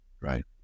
right